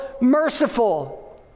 merciful